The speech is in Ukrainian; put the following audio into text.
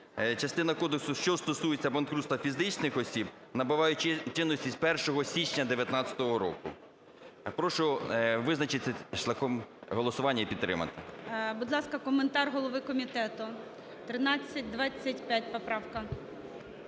Частина кодексу, що стосується банкрутства фізичних осіб, набуває чинності з 1 січня 19-го року". Прошу визначитися шляхом голосування і підтримати. ГОЛОВУЮЧИЙ. Будь ласка, коментар голови комітету, 1325 поправка.